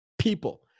people